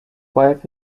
wife